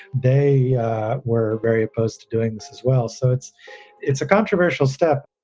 they were very opposed to doing this as well. so it's it's a controversial step.